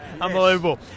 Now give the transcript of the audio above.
unbelievable